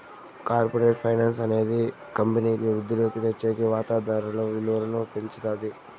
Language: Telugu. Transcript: కార్పరేట్ ఫైనాన్స్ అనేది కంపెనీకి వృద్ధిలోకి తెచ్చేకి వాతాదారుల విలువను పెంచుతాది